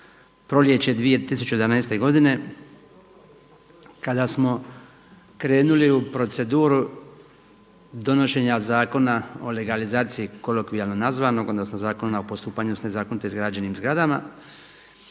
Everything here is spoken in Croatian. proljeće 2011. godine kada smo krenuli u proceduru donošenja Zakona o legalizaciji kolokvijalno nazvanog odnosno Zakona o postupanju s nezakonito izgrađenim zgradama.